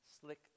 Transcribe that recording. slick